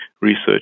research